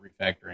refactoring